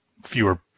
Fewer